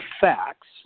facts